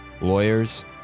lawyers